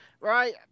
Right